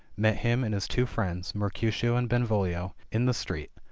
met him and his two friends, mercutio and benvolio, in the street,